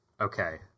okay